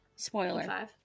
Spoiler